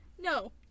No